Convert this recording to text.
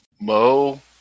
Mo